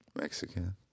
Mexican